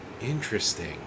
Interesting